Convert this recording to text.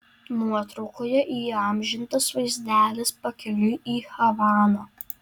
nuotraukoje įamžintas vaizdelis pakeliui į havaną